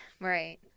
Right